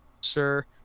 sir